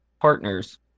partners